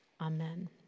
Amen